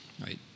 right